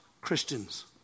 Christians